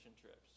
trips